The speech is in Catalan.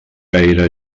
gaire